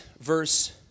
verse